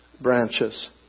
branches